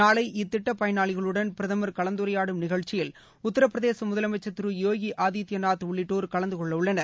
நாளை இத்திட்ட பயனாளிகளுடன் பிரதமர் கலந்துரையாடும் நிகழ்ச்சியில் உத்திரபிரதேச முதலமைச்சர் யோகி ஆதித்ய நாத் உள்ளிட்டோர் கலந்துகொள்ள உள்ளனர்